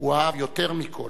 הוא אהב יותר מכול.